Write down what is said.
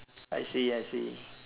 I see I see